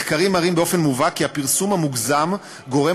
מחקרים מראים באופן מובהק כי הפרסום המוגזם גורם